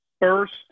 First